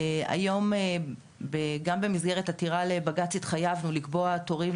היום גם במסגרת עתירה לבג"ץ התחייבנו לקבוע תורים